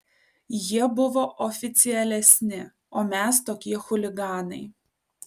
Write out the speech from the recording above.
jie buvo oficialesni o mes tokie chuliganai